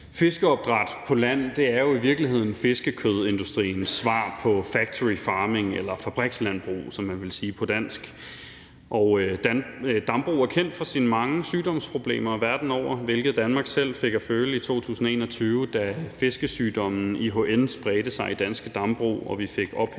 Fiskeopdræt på land er jo i virkeligheden fiskekødindustriens svar på factory farming eller fabrikslandbrug, som man ville sige på dansk. Dambrug er kendt for sine mange sygdomsproblemer verden over, hvilket Danmark selv fik at føle i 2021, da fiskesygdommen IHN spredte sig i danske dambrug og vi fik ophævet